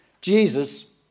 Jesus